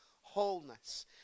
wholeness